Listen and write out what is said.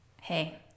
Hey